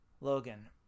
Logan